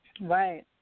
right